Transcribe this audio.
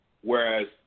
whereas